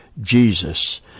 Jesus